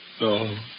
No